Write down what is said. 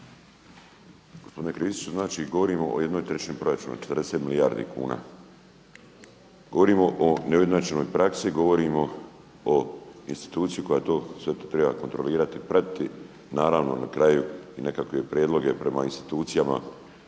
Gospodine Kristiću znači govorimo o 1/3 proračuna 40milijardi kuna, govorimo o neujednačenoj praksi, govorimo o instituciji koja sve to treba kontrolirati i pratiti, naravno na kraju i nekakve prijedloge prema institucijama